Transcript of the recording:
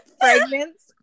fragments